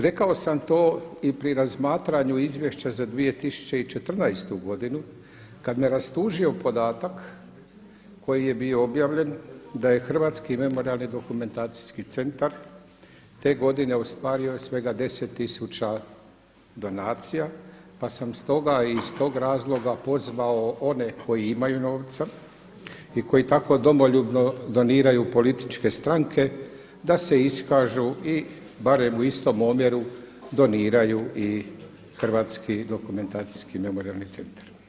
Rekao sam to i pri razmatranju izvješća za 2014. godinu kad me rastužio podatak koji je bio objavljen da je Hrvatski memorijalni-dokumentaciji centar te godine ostvario svega 10 tisuća donacija pa sam stoga i iz tog razloga pozvao one koji imaju novca i koji tako domoljubno doniraju političke stranke da se iskažu i barem u istom omjeru doniraju i Hrvatski dokumentaciji memorijalni centar.